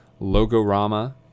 Logorama